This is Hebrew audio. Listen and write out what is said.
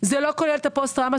לא כולל את הפוסט טראומה,